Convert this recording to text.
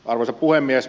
arvoisa puhemies